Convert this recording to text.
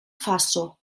faso